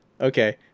Okay